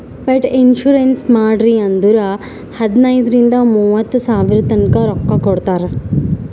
pet insurance ಮಾಡ್ರಿ ಅಂದುರ್ ಹದನೈದ್ ರಿಂದ ಮೂವತ್ತ ಸಾವಿರತನಾ ರೊಕ್ಕಾ ಕೊಡ್ತಾರ್